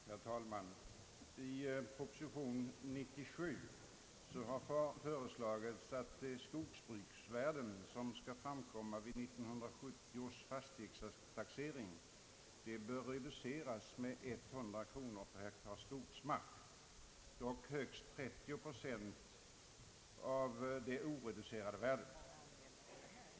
Herr talman! I proposition nr 97 har föreslagits att de skogsbruksvärden som framkommer vid 1970 års fastighetstaxering skall reduceras med 100 kronor per hektar skogsmark, dock högst 30 procent av det oreducerade värdet.